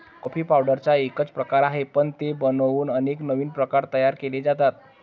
coffee पावडरचा एकच प्रकार आहे, पण ते बनवून अनेक नवीन प्रकार तयार केले जातात